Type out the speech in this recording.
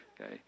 Okay